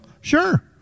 Sure